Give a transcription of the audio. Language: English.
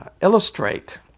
illustrate